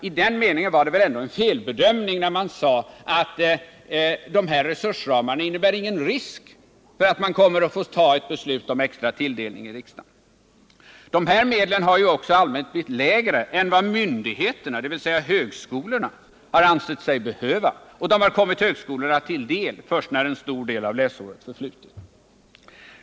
I den meningen var det väl ändå en felbedömning när man sade att resursramarna inte innebar någon risk för att man skulle behöva fatta beslut om extra tilldelning i riksdagen. De här beloppen har i allmänhet blivit lägre än vad myndigheterna, dvs. högskolorna, ansett sig behöva. Och de har kommit högskolorna till del först när en stor del av läsåret förflutit.